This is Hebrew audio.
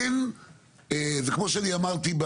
כמו שאני אמרתי,